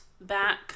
back